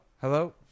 hello